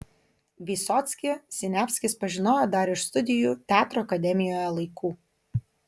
vysockį siniavskis pažinojo dar iš studijų teatro akademijoje laikų